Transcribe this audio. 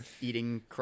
eating